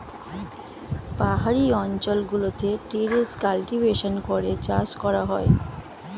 পাহাড়ি অঞ্চল গুলোতে টেরেস কাল্টিভেশন করে চাষ করা হয়